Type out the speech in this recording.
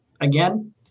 Again